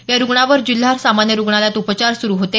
या रुग्णावर जिल्हा सामान्य रुग्णालयात उपचार सुरू होते